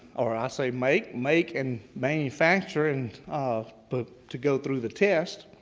or i say make make and manufacture, and um but to go through the test.